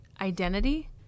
identity